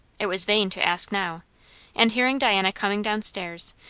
it was vain to ask now and hearing diana coming down-stairs,